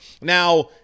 Now